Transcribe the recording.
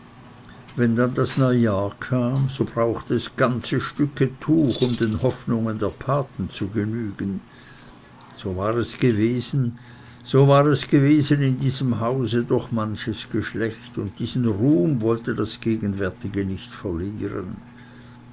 wenn dann das neujahr kam so brauchte es ganze stücke tuch um den hoffnungen der paten zu genügen so war es gewesen in diesem hause durch manches geschlecht und diesen ruhm wollte das gegenwärtige nicht verlieren